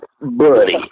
Buddy